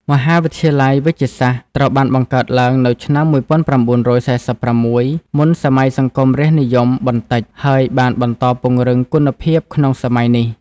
មហាវិទ្យាល័យវេជ្ជសាស្ត្រ ត្រូវបានបង្កើតឡើងនៅឆ្នាំ ១៩៤៦ មុនសម័យសង្គមរាស្រ្តនិយមបន្តិច ហើយបានបន្តពង្រឹងគុណភាពក្នុងសម័យនេះ។